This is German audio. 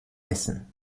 essen